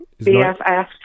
BFF